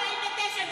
לא נכנס לך 49,000,